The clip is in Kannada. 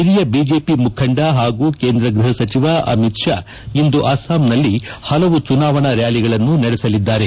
ಹಿರಿಯ ಬಿಜೆಪಿ ಮುಖಂಡ ಹಾಗೂ ಕೇಂದ್ರ ಗೃಹ ಸಚಿವ ಅಮಿತ್ ಷಾ ಇಂದು ಅಸ್ತಾಂನಲ್ಲಿ ಹಲವು ಚುನಾವಣಾ ರ್ನಾಲಿಗಳನ್ನು ನಡೆಸಲಿದ್ದಾರೆ